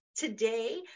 Today